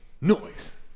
Noise